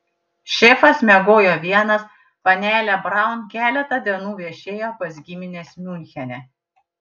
šefas miegojo vienas panelė braun keletą dienų viešėjo pas gimines miunchene